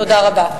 תודה רבה.